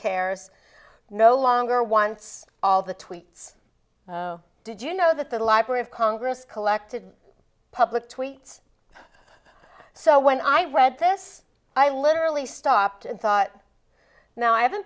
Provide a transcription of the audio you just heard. cares no longer wants all the tweets did you know that the library of congress collected public tweets so when i read this i literally stopped and thought now i haven't